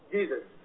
Jesus